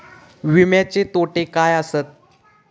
विमाचे तोटे काय आसत?